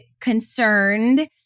concerned